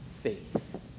faith